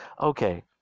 Okay